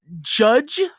judge